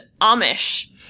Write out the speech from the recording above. Amish